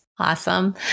Awesome